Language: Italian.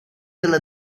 della